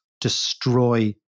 destroy